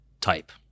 type